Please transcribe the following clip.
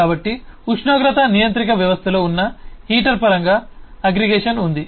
కాబట్టి ఉష్ణోగ్రత నియంత్రిక వ్యవస్థలో ఉన్న ఈ హీటర్ పరంగా అగ్రిగేషన్ ఉంది